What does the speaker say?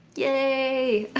yay!